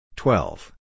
Twelve